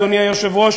אדוני היושב-ראש,